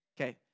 Okay